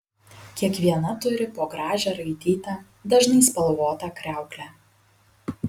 kiekviena turi po gražią raitytą dažnai spalvotą kriauklę